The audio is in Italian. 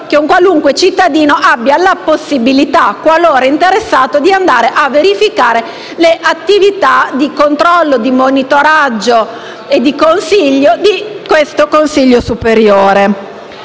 che un qualunque cittadino abbia la possibilità, qualora interessato, di verificare le attività di controllo e monitoraggio del consiglio superiore.